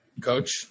Coach